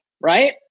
right